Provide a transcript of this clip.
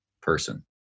person